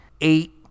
eight